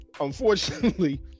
unfortunately